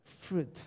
fruit